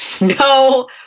No